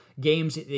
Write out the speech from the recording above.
games